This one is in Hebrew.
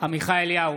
עמיחי אליהו,